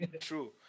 True